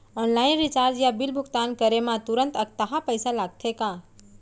Online recharge या bill भुगतान करे मा तुरंत अक्तहा पइसा लागथे का?